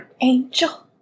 Angel